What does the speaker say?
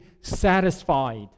satisfied